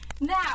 Now